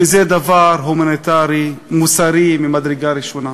כי זה דבר הומניטרי, מוסרי, ממדרגה ראשונה.